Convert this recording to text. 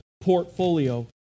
portfolio